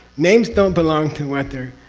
names don't belong to what they're